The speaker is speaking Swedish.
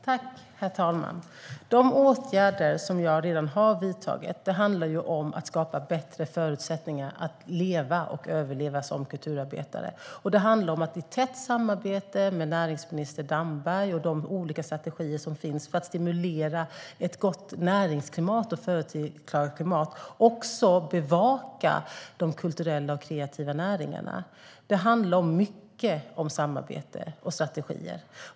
Herr talman! De åtgärder som jag redan har vidtagit handlar om att skapa bättre förutsättningar för att leva och överleva som kulturarbetare, och det handlar om att i tätt samarbete med näringsminister Damberg och med de olika strategier som finns för att stimulera ett gott näringsklimat och företagarklimat bevaka de kulturella och kreativa näringarna. Det handlar mycket om samarbete och strategier.